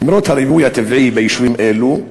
למרות הריבוי הטבעי ביישובים אלה.